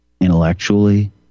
intellectually